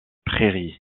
prairies